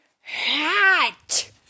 HAT